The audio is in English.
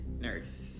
nurse